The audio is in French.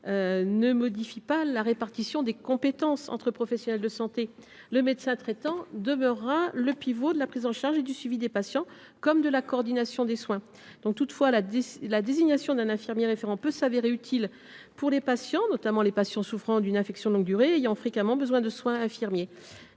ne modifie pas la répartition des compétences entre professionnels de santé. Le médecin traitant demeurera le pivot de la prise en charge et du suivi des patients, comme de la coordination des soins. Toutefois, la désignation d’un infirmier référent peut s’avérer utile pour les patients souffrant d’une ALD et ayant fréquemment besoin de soins infirmiers